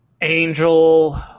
Angel